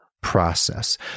process